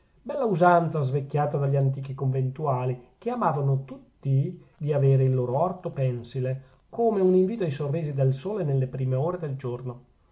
bella usanza svecchiata dagli antichi conventuali che amavano tutti di avere il loro orto pensile come un invito ai sorrisi del sole nelle prime ore del giorno